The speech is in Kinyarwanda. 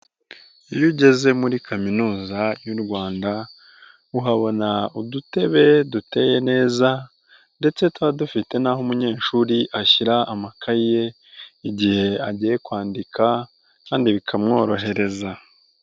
Iyo ugeze muri kaminuza y'u Rwanda, uhabona udutebe duteye neza ndetse tuba dufite n'aho umunyeshuri ashyira amakayi ye, igihe agiye kwandika kandi bikamworohereza.